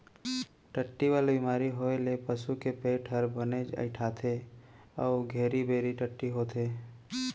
टट्टी वाला बेमारी होए ले पसू के पेट हर बनेच अइंठथे अउ घेरी बेरी टट्टी होथे